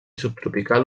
subtropical